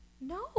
No